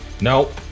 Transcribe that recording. Nope